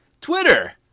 Twitter